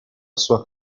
sua